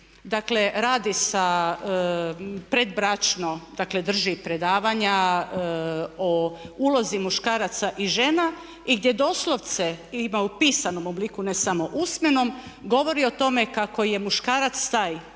župnik radi sa predbračno, drži predavanja o ulozi muškaraca i žena i gdje doslovce ima u pisanom obliku ne samo usmenom govori o tome kako je muškarac taj